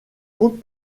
compte